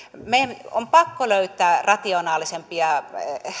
meidän on pakko löytää rationaalisempia